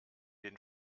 den